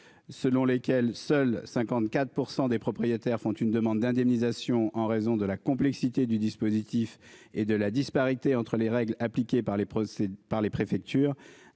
selon lesquels seuls 54% des propriétaires font une demande d'indemnisation en raison de la complexité du dispositif et de la disparité entre les règles appliquées par les procès